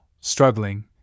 struggling